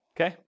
Okay